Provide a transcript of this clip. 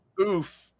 Oof